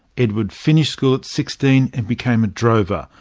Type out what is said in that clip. edward finished school at sixteen and became a drover,